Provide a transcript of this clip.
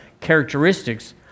characteristics